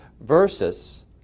Versus